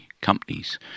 companies